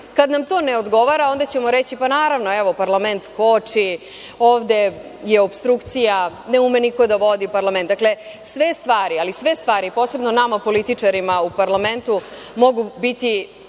kada nam to ne odgovara, onda ćemo reći – pa, naravno, evo parlament koči, ovde je opstrukcija, ne ume niko da vodi parlament. Sve stvari, ali sve stvari, posebno nama političarima u parlamentu mogu biti